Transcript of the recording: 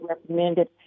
recommended